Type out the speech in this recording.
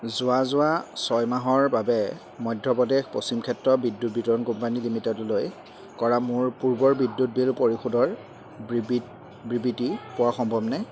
যোৱা যোৱা ছয় মাহৰ বাবে মধ্যপ্ৰদেশ পশ্চিম ক্ষেত্ৰ বিদ্যুৎ বিতৰণ কোম্পানী লিমিটেডলৈ কৰা মোৰ পূৰ্বৰ বিদ্যুৎ বিল পৰিশোধৰ বিবৃ বিবৃতি পোৱা সম্ভৱনে